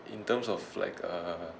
in terms of like a